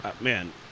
man